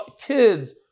kids